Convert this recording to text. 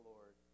Lord